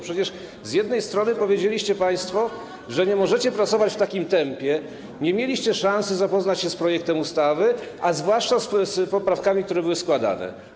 Przecież z jednej strony mówiliście państwo, że nie możecie pracować w takim tempie, że nie mieliście szansy zapoznać się z projektem ustawy, a zwłaszcza z poprawkami, które były składane.